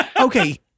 okay